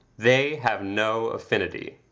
they have no affinity.